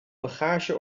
bagage